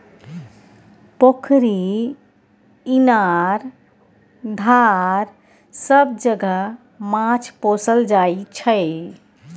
पोखरि, इनार, धार सब जगह माछ पोसल जाइ छै